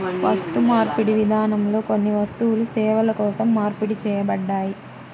వస్తుమార్పిడి విధానంలో కొన్ని వస్తువులు సేవల కోసం మార్పిడి చేయబడ్డాయి